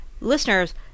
listeners